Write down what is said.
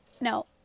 no